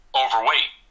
overweight